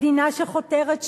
מדינה שחותרת לשלום,